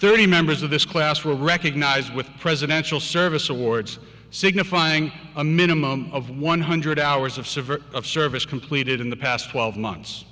thirty members of this class were recognized with presidential service awards signifying a minimum of one hundred hours of civil service completed in the past twelve months